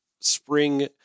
spring